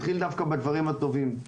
נתחיל דווקא בדברים הטובים.